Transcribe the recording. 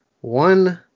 One